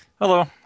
Hello